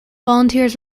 volunteers